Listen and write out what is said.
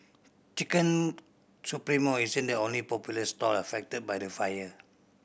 Chicken Supremo isn't the only popular stall affected by the fire